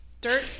dirt